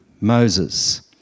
Moses